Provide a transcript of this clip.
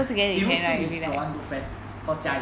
you know shi min got one good friend called jia yi